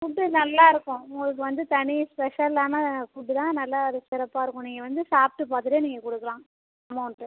food நல்லா இருக்கும் உங்களுக்கு வந்து தனி ஸ்பெஷலான ஃபுட்டு தான் நல்லா சிறப்பாக இருக்கும் நீங்கள் வந்து சாப்பிட்டு பார்த்துட்டே நீங்கள் கொடுக்கலாம் அமௌன்ட்டு